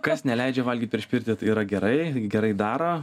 kas neleidžia valgyt prieš pirtį tai yra gerai gerai daro